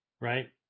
Right